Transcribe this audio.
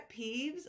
peeves